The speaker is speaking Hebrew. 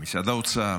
ומשרד האוצר